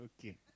Okay